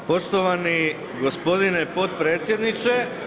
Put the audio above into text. Poštovani gospodine potpredsjedniče